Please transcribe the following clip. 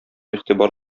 игътибар